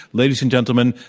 ladies and gentlemen,